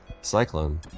Cyclone